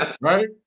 Right